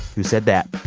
who said that.